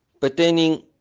pertaining